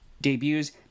Debuts